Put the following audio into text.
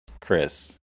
chris